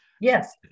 Yes